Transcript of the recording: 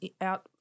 out